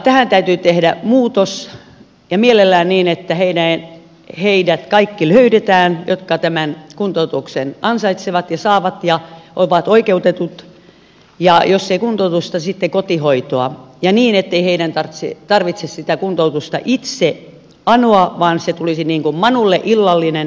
tähän täytyy tehdä muutos ja mielellään niin että löydetään heidät kaikki jotka tämän kuntoutuksen ansaitsevat ja saavat ja ovat siihen oikeutetut ja jos ei kuntoutusta sitten kotihoitoa ja niin ettei heidän tarvitse sitä kuntoutusta itse anoa vaan se tulisi niin kuin manulle illallinen